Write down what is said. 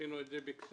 עשינו את זה בכסייפה,